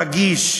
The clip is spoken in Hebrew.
רגיש,